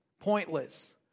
pointless